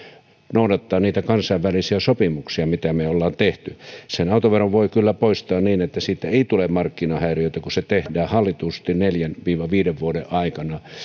noudattamaan niitä kansainvälisiä sopimuksia mitä me olemme tehneet sen autoveron voi kyllä poistaa niin että siitä ei tule markkinahäiriötä kun se tehdään hallitusti neljän viiva viiden vuoden aikana